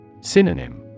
Synonym